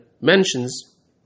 mentions